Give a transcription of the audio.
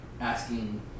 asking